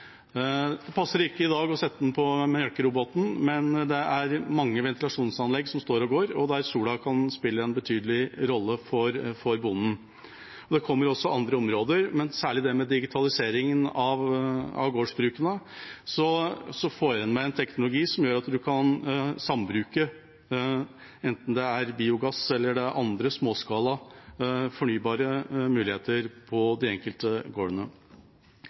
Det passer ikke i dag å ta den i bruk på melkeroboten, men det er mange ventilasjonsanlegg som står og går, og der sola kan spille en betydelig rolle for bonden. Det kommer også på andre områder. Særlig når det gjelder digitaliseringen av gårdsbrukene, får en med en teknologi som gjør at en kan sambruke, enten det gjelder biogass eller det er andre småskala fornybare muligheter på de enkelte gårdene.